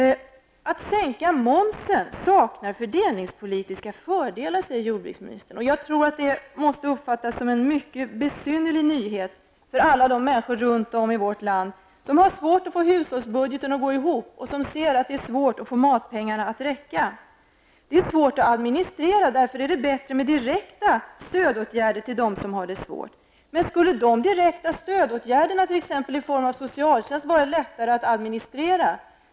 Att sänka momsen saknar fördelningspolitiska fördelar, säger jordbruksministern. Det måste uppfattas som en mycket besynnerlig nyhet för alla de människor runt om i vårt land som har svårt att få hushållsbudgeten att gå ihop och som ser att det är svårt att få matpengarna att räcka. Det är svårt att administrera en sådan momssänkning, och därför är det bättre med direkta stödåtgärder till dem som har det svårt, säger jordbruksministern. Men skulle de direkta stödåtgärderna, t.ex. i form av socialtjänst, vara lättare att administrera?